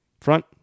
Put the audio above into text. front